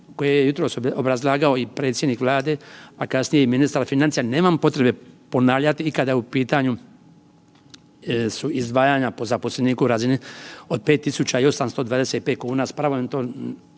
koje je jutros obrazlagao i predsjednik Vlade, pa kasnije i ministar financija nemam potrebe ponavljati i kada je u pitanju su izdvajanja po zaposleniku u razini od 5.825 kuna, s pravom je to